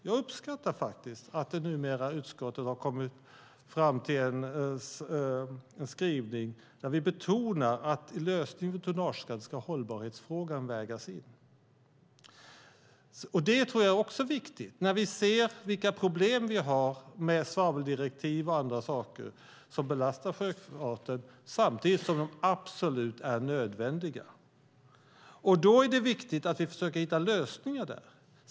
Jag uppskattar faktiskt att utskottet har kommit fram till en skrivning som betonar att i lösningen för tonnageskatt ska hållbarhetsfrågan vägas in. Det tror jag också är viktigt, när vi ser vilka problem vi har med svaveldirektiv och andra saker som belastar sjöfarten samtidigt som de absolut är nödvändiga. Då är det viktigt att vi försöker hitta lösningar där.